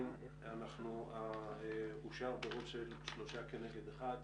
הצבעה בעד 3 נגד 1